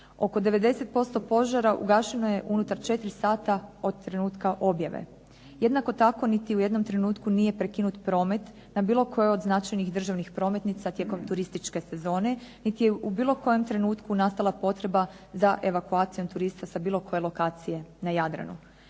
Oko 90% požara ugašeno je unutar 4 sata od trenutka objave. Jednako tako niti u jednom trenutku nije prekinut promet na bilo kojoj od značajnih državnih prometnica tijekom turističke sezone niti je u bilo kojem trenutku nastala potreba za evakuacijom turista sa bilo koje lokacije na Jadranu.